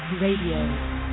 Radio